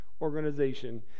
organization